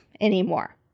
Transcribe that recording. anymore